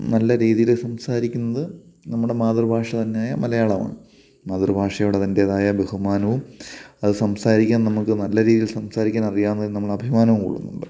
നല്ല രീതിയിൽ സംസാരിക്കുന്നത് നമ്മുടെ മാതൃഭാഷ തന്നെയായ മലയാളമാണ് മാതൃഭാഷയോടതിൻറ്റേതായ ബഹുമാനവും അത് സംസാരിക്കാൻ നമുക്ക് നല്ല രീതിയിക്കാനറിയാമെന്ന് നമ്മളഭിമാനം കൊള്ളുന്നുണ്ട്